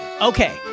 Okay